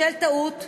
בשל טעות,